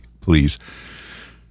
please